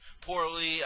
poorly